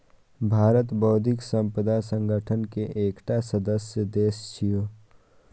भारत बौद्धिक संपदा संगठन के एकटा सदस्य देश छियै